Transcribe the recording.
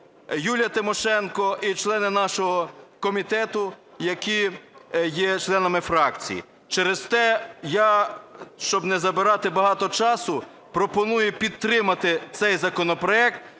Юлія Тимошенко і члени нашого комітету, які є членами фракції. Через те я, щоб не забирати багато часу, пропоную підтримати цей законопроект,